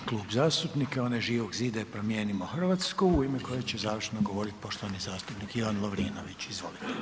Slijedeći Klub zastupnika je onaj Živog zida i Promijenimo Hrvatsku u ime kojeg će završno govoriti poštovani zastupnik Ivan Lovrinović, izvolite.